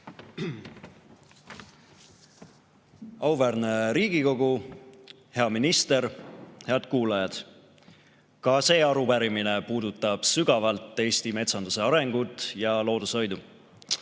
Auväärne Riigikogu! Hea minister! Head kuulajad! Ka see arupärimine puudutab sügavalt Eesti metsanduse arengut ja loodushoidu.